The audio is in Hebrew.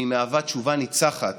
והיא מהווה תשובה ניצחת